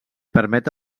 permet